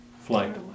flight